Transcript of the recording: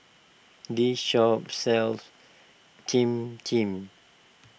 this shop sells Cham Cham